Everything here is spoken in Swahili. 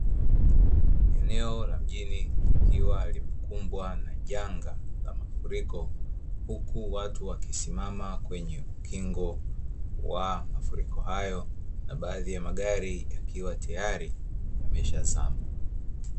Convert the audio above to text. Eneo la mjini likiwa limekumbwa na janga la mafuriko. Huku watu wakisimama kwenye ukingo wa mafuriko hayo na baadhi ya magari yakiwa tayari yameshazama.